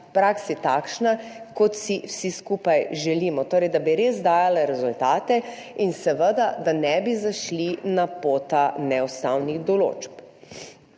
praksi takšna, kot si vsi skupaj želimo, torej da bi res dajala rezultate in da seveda ne bi zašli na pota neustavnih določb.